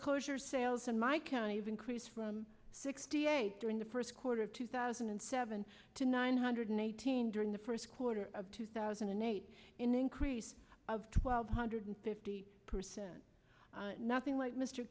closure sales in my county have increase from sixty eight during the first quarter of two thousand and seven to nine hundred eighteen during the first quarter of two thousand and eight increase of twelve hundred fifty percent nothing like mr